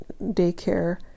daycare